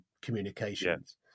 communications